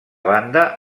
banda